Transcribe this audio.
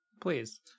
Please